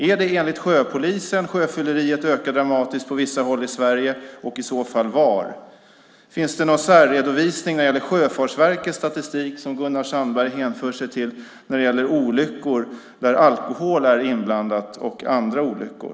Är det enligt sjöpolisen som sjöfylleriet ökar dramatiskt på vissa håll i Sverige, och i så fall var? Finns det någon särredovisning av Sjöfartsverkets statistik, som Gunnar Sandberg hänvisar till, när det gäller olyckor där alkohol är inblandat och andra olyckor?